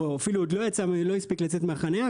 או אפילו עוד לא הספיק לצאת מהחניה,